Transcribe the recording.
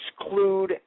exclude